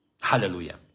Hallelujah